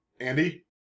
Andy